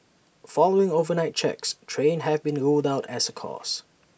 following overnight checks trains have been ruled out as A cause